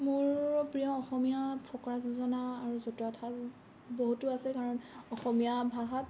মোৰ প্ৰিয় অসমীয়া ফকৰা যোজনা আৰু জতুৱা ঠাঁচ বহুতো আছে কাৰণ অসমীয়া ভাষাত